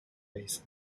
basin